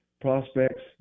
prospects